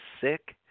sick